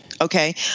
Okay